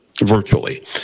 virtually